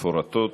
המפורטות.